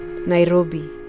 Nairobi